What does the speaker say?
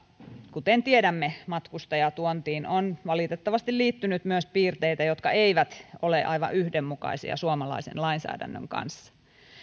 kuten tiedämme matkustajatuontiin on valitettavasti liittynyt myös piirteitä jotka eivät ole aivan yhdenmukaisia suomalaisen lainsäädännön kanssa